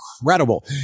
incredible